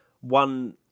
one